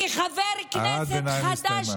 כחבר כנסת חדש